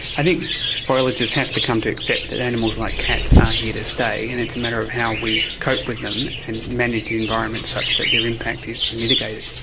i think biologists have to come to accept that animals like cats are here to stay and it's a matter of how we cope with them and manage the environment such that their impact is mitigated.